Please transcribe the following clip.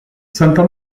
santa